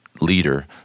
leader